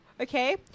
Okay